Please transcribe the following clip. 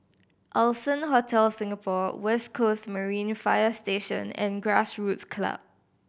Allson Hotel Singapore West Coast Marine Fire Station and Grassroots Club